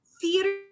theater